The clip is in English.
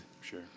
Sure